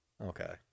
Okay